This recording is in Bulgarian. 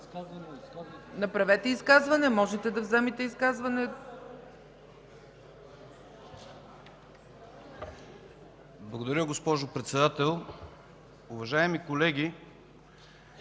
Направете изказване, можете да вземете думата